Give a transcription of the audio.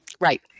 Right